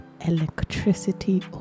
electricity